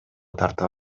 тарта